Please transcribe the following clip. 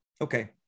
Okay